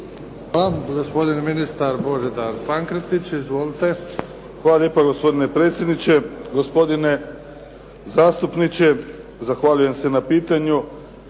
Hvala. Gospodin ministar Božidar Pankretić. Izvolite. **Pankretić, Božidar (HSS)** Hvala lijepo gospodine predsjedniče. Gospodine zastupniče zahvaljujem se na pitanju.